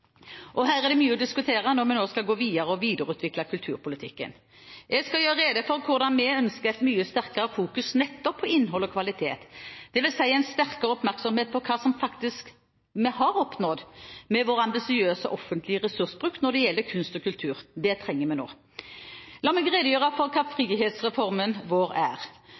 Her er det mye å diskutere når vi nå skal gå videre og videreutvikle kulturpolitikken. Jeg skal gjøre rede for hvorfor vi ønsker et mye sterkere fokus nettopp på innhold og kvalitet, dvs. en sterkere oppmerksomhet om hva vi faktisk har oppnådd med vår ambisiøse offentlige ressursbruk når det gjelder kunst og kultur. Det trenger vi nå. La meg redegjøre for hva frihetsreformen vår er: